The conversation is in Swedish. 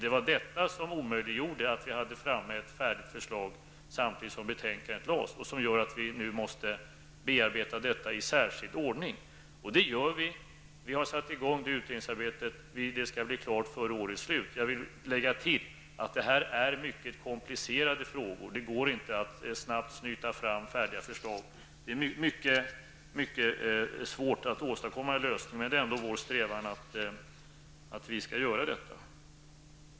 Det var detta som omöjliggjorde för regeringen att presentera ett färdigt förslag samtidigt som betänkandet lades fram. Det gör att vi nu måste bearbeta detta i särskild ordning, och det gör vi. Vi har satt i gång utredningsarbetet, och det skall bli klart före årets slut. Jag vill tillägga att detta är mycket komplicerade frågor. Det går inte att snabbt snyta fram färdiga förslag. Det är mycket svårt att åstadkomma en lösning, men det är ändå vår strävan att göra detta.